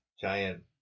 giant